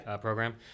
program